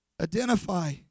Identify